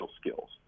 skills